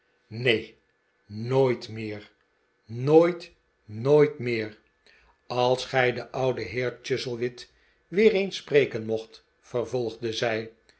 neen nooit meer nooit nooit meer als gij den ouden heer chuzzlewit weer eens spreken mocht vervolgde zij